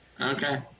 Okay